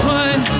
one